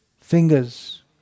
fingers